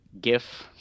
GIF